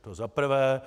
To za prvé.